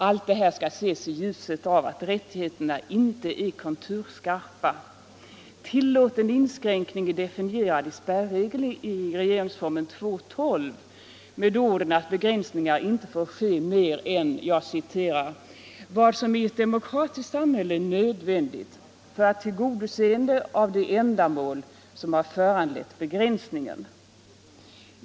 Allt det här skall ses i ljuset av att rättigheterna inte är konturskarpa. Tillåten inskränkning är definierad i spärregeln i regeringsformen 2:12. Det heter att begränsningar endast får ske ”för att tillgodose ändamål som är godtagbart i ett demokratiskt samhälle”.